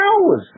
hours